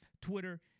Twitter